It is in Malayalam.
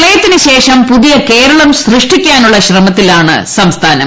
പ്രളയത്തിന് ശേഷം പുതിയ കേരളം സൃഷ്ടിക്കാനുള്ള ശ്രമത്തിലാണ് സംസ്ഥാനം